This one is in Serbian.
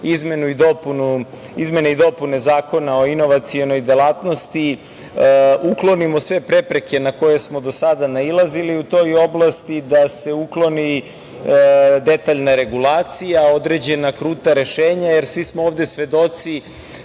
izmene i dopune Zakona o inovacionoj delatnosti uklonimo sve prepreke na koje smo do sada nailazili u toj oblasti i da se ukloni detaljna regulacija, određena kruta rešenja. Svi smo ovde svedoci